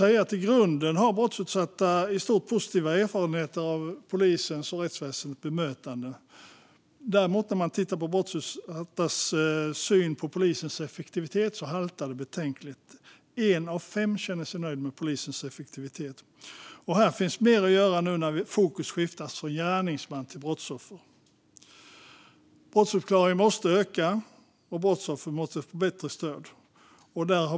I grunden har brottsutsatta i stort positiva erfarenheter av polisens och rättsväsendets bemötande. När det gäller brottsutsattas syn på polisens effektivitet haltar det däremot betänkligt. Bara en av fem känner sig nöjd med polisens effektivitet. Här finns mer att göra nu när fokus skiftas från gärningsman till brottsoffer. Brottsuppklaringen måste öka, och brottsoffer måste få bättre stöd.